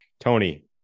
Tony